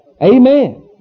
Amen